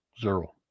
Zero